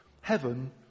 heaven